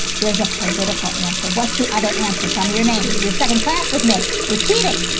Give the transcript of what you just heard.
there's a political answer. what's the other answer? tell me your name. is your second class with me, you're cheating.